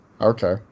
okay